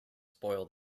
spoil